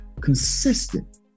consistent